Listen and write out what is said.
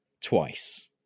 twice